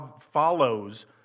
follows